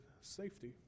safety